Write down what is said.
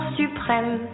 suprême